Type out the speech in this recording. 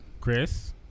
Chris